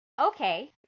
Okay